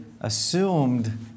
assumed